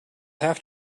have